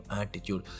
attitude